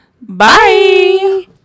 bye